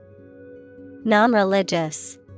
Non-religious